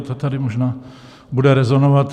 To tady možná bude rezonovat.